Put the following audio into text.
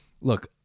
look